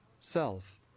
self